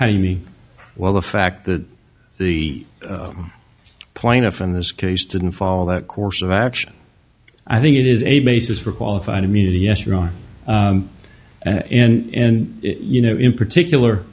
how do you me well the fact that the plaintiff in this case didn't follow that course of action i think it is a basis for qualified immunity yes your honor in you know in particular